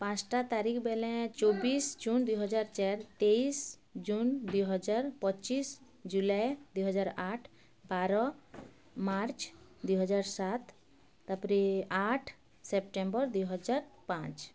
ପାଞ୍ଚଟା ତାରିଖ ବେଲେ ଚବିଶ ଜୁନ ଦୁଇହଜାର ଚାରି ତେଇଶ ଜୁନ ଦୁଇହଜାର ପଚିଶ ଜୁଲାଇ ଦୁଇହଜାର ଆଠ ବାର ମାର୍ଚ୍ଚ ଦୁଇହଜାର ସାତ ତା'ପରେ ଆଠ ସେପ୍ଟେମ୍ବର ଦୁଇହଜାର ପାଞ୍ଚ